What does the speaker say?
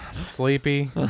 Sleepy